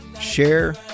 share